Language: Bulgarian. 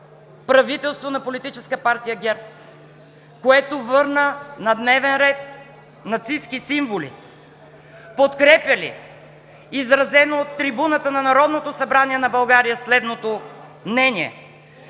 правителството на Политическа партия ГЕРБ, което върна на дневен ред нацистки символи? Подкрепя ли изразено от трибуната на Народното събрание на България следното мнение: